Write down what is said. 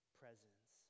presence